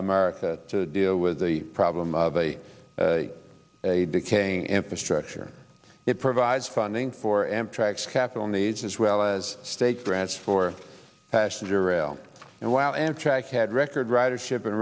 merica to deal with the problem of a a decaying infrastructure it provides funding for amtrak's capital needs as well as state grants for passenger rail and while amtrak had record ridership in